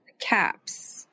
caps